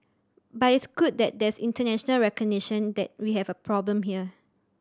but it's good that there's international recognition that we have a problem here